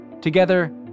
Together